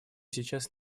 сейчас